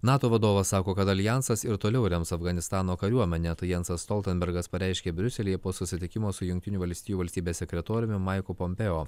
nato vadovas sako kad aljansas ir toliau rems afganistano kariuomenę tai jansas stoltenbergas pareiškė briuselyje po susitikimo su jungtinių valstijų valstybės sekretoriumi maiku pompejo